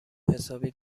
حسابی